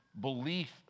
Belief